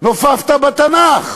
נופפת בתנ"ך.